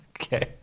Okay